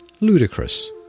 ludicrous